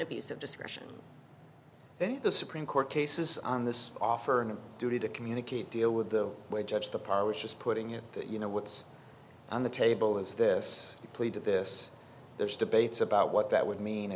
of discretion then the supreme court cases on this offer and a duty to communicate deal with the judge the power was just putting it that you know what's on the table is this plead to this there's debates about what that would mean